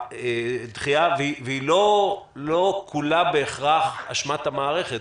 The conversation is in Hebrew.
והיא לא כולה באשמת המערכת,